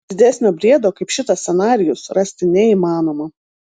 didesnio briedo kaip šitas scenarijus rasti neįmanoma